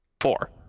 four